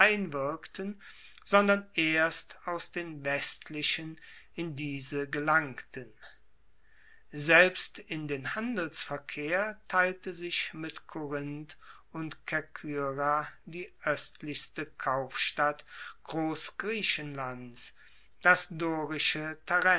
einwirkten sondern erst aus den westlichen in diese gelangten selbst in den handelsverkehr teilte sich mit korinth und kerkyra die oestlichste kaufstadt grossgriechenlands das dorische